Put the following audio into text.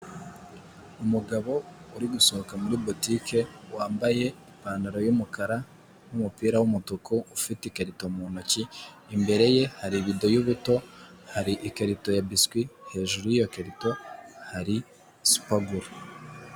Umugabo uri gusohoka muri butike wambaye ipantaro y'umukara n'umupira w'umutuku ufite ikarito mu ntoki imbere ye hari ibido y'ubuto hari ikarito ya biswi hejuru iyi karito hari supaguru.